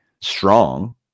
strong